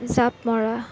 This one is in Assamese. জাপ মৰা